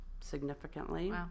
significantly